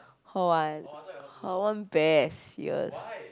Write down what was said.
hall one hall one best serious